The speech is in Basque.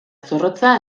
zorrotza